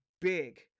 big